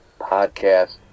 podcast